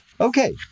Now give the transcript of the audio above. Okay